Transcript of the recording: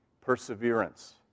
Perseverance